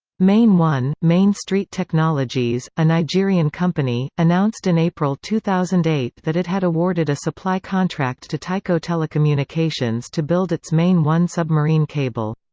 main one main street technologies, a nigerian company, announced in april two thousand and eight that it had awarded a supply contract to tyco telecommunications to build its main one submarine cable.